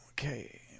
Okay